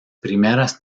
primeras